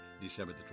December